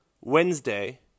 Wednesday